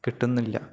കിട്ടുന്നില്ല